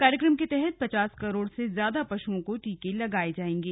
कार्यक्रम के तहत पचास करोड़ से ज्यादा पशुओं को टीके लगाए जाएंगे